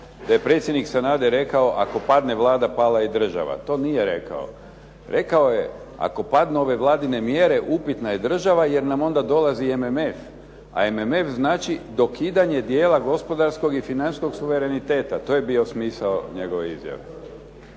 da je predsjednik Sanader rekao ako padne Vlada pala je i država. To nije rekao. Rekao je, ako padnu ove vladine mjere upitna je država jer nam onda dolazi MMF, a MMF znači dokidanje dijela gospodarskog i financijskog suvereniteta. To je bio smisao njegove izjave.